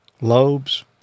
lobes